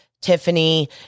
Tiffany